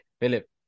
Philip